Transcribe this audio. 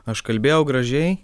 aš kalbėjau gražiai